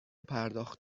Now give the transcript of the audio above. پرداخت